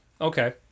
okay